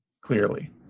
Clearly